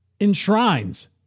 enshrines